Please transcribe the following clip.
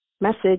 message